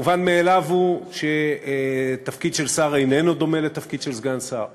המובן מאליו הוא שתפקיד של שר איננו דומה לתפקיד של סגן שר,